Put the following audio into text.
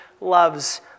loves